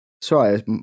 Sorry